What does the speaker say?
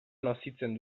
nozitzen